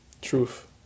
Truth